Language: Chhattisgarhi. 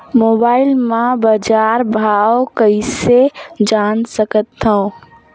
मोबाइल म बजार भाव कइसे जान सकथव?